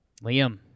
Liam